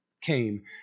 came